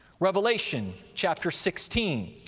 revelation, chapter sixteen,